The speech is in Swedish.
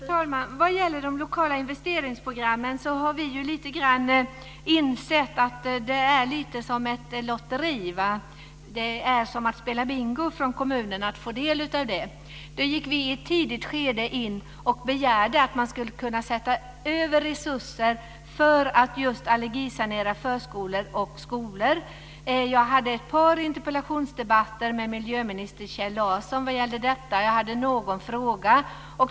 Fru talman! Vad gäller de lokala investeringsprogrammen har vi lite grann insett att det är som ett lotteri. Det är som att spela Bingo för kommunen att få del av det. Där gick vi i ett tidigt skede in och begärde att man skulle kunna sätta över resurser för att just allergisanera förskolor och skolor. Jag hade ett par interpellationsdebatter med miljöminister Kjell Larsson om detta. Jag ställde någon fråga.